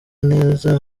neza